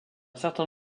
certain